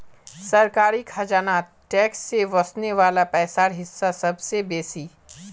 सरकारी खजानात टैक्स से वस्ने वला पैसार हिस्सा सबसे बेसि